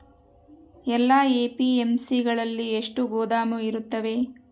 ಎಲ್ಲಾ ಎ.ಪಿ.ಎಮ್.ಸಿ ಗಳಲ್ಲಿ ಎಷ್ಟು ಗೋದಾಮು ಇರುತ್ತವೆ?